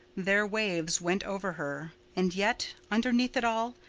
their waves went over her. and yet, underneath it all,